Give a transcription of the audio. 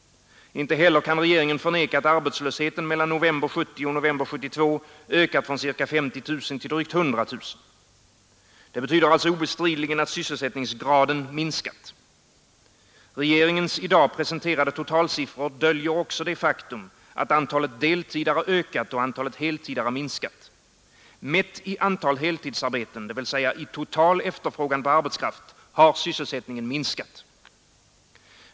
Inte heller kan regeringen förneka, att antalet arbetslösa mellan november 1970 och november 1972 ökat från ca 50 000 till drygt 100 000. Det betyder alltså obestridligen att sysselsättningsgraden minskat. Regeringens i dag presenterade totalsiffror döljer också det faktum, att antalet deltidare ökat och antalet heltidare minskat. Mätt i antal heltidsarbeten, dvs, i total efterfrågan på arbetskraft, har sysselsättningen minskat.